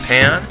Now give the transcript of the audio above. Pan